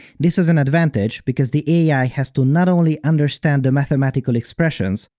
this is an advantage, because the ai has to not only understand the mathematical expressions,